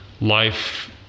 life